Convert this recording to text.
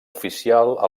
oficial